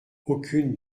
aucune